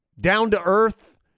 down-to-earth